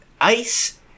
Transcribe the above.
ICE